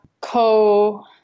co-